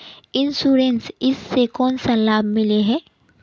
Insurance इस से कोन सा लाभ मिले है?